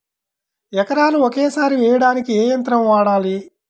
ఎకరాలు ఒకేసారి వేయడానికి ఏ యంత్రం వాడాలి?